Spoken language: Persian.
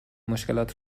مشکلات